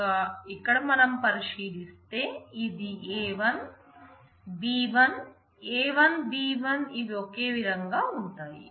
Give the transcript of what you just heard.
కనుక ఇక్కడ మనం పరిశీలిస్తే ఇది a1 b1 a1 b1 ఇవి ఒకే విధంగా ఉంటాయి